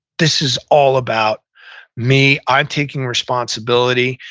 this is all about me, i'm taking responsibility.